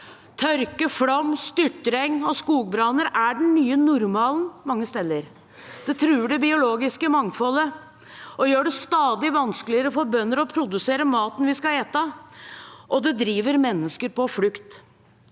Tørke, flom, styrtregn og skogbranner er den nye normalen mange steder. Det truer det biologiske mangfoldet og gjør det stadig vanskeligere for bønder å produsere maten vi skal spise, og det driver mennesker på flukt.